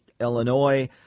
Illinois